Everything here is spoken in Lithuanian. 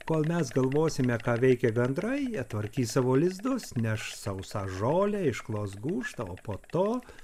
kol mes galvosime ką veikė gandrai jie tvarkys savo lizdus neš sausą žolę išklos gūžtą o po to